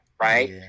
Right